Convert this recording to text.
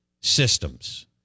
Systems